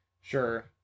sure